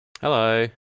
Hello